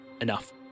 enough